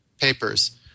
papers